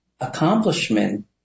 accomplishment